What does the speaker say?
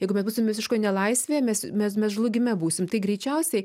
jeigu mes būsim visiškoj nelaisvėj mes mes žlugime būsim tai greičiausiai